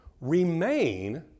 remain